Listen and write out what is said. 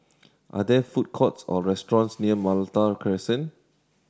are there food courts or restaurants near Malta Crescent